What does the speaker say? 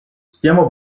stiamo